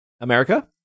America